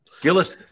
Gillis